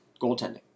goaltending